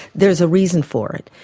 there's a reason for it.